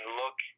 look